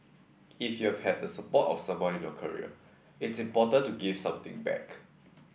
if you've had the support of someone in your career it's important to give something back